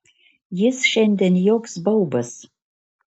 jis šiandien joks baubas